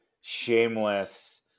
shameless